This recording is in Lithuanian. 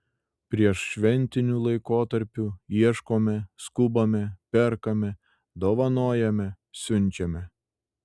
prieššventiniu laikotarpiu ieškome skubame perkame dovanojame siunčiame